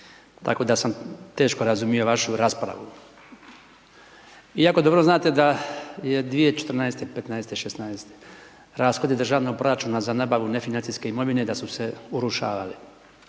tako da sam teško razumio vašu raspravu. Vi jako dobro znate da je 2014., 2015., 2016. rashodi državnog proračuna za nabavu nefinancijske imovine da su se urušavali,